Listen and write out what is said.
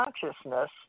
consciousness